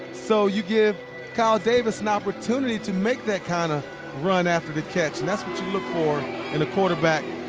so you give kyle davis an opportunity to make that kind of run after the catch. and that's what you look for in a quarterback.